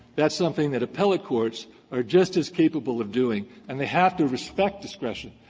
that's something that appellate courts are just as capable of doing and they have to respect discretion,